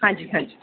ਹਾਂਜੀ ਹਾਂਜੀ